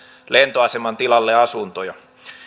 lentoaseman tilalle asuntoja